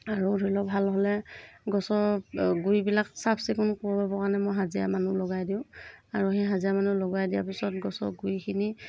আৰু ধৰি লওক ভাল হ'লে গছৰ গুৰিবিলাক চাফ চিকুণ কৰিবৰ কাৰণে মই হাজিৰা মানুহ লগাই দিওঁ আৰু সেই হাজিৰা মানুহ লগাই দিয়াৰ পিছত গছৰ গুৰিখিনি